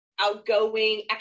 outgoing